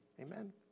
Amen